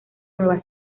nueva